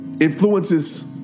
influences